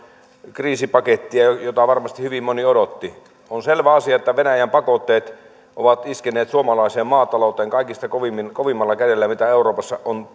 kriisipakettia jota varmasti hyvin moni odotti on selvä asia että venäjän pakotteet ovat iskeneet suomalaiseen maatalouteen kaikista kovimmalla kädellä mitä euroopassa on